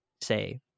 say